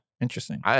Interesting